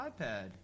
iPad